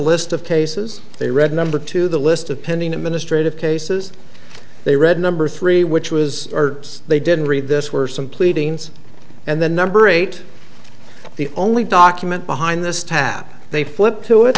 list of cases they read number two the list of pending administrative cases they read number three which was they didn't read this were some pleadings and the number eight the only document behind this tap they flipped to it